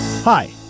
Hi